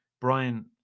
Brian